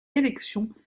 élection